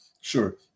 Sure